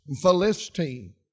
Philistine